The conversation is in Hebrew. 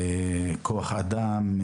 כוח אדם,